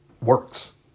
works